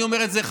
אני אומר את זה.